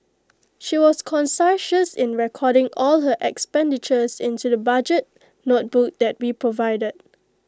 she was conscientious in recording all her expenditures into the budget notebook that we provided